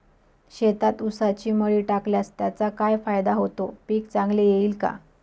शेतात ऊसाची मळी टाकल्यास त्याचा काय फायदा होतो, पीक चांगले येईल का?